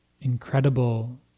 incredible